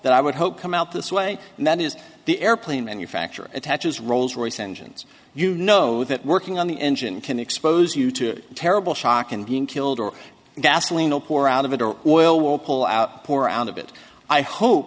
that i would hope come out this way and that is the airplane manufacturer attaches rolls royce engines you know that working on the engine can expose you to a terrible shock and being killed or gasoline or poor out of a will will pull out poor out of it i hope